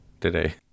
today